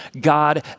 God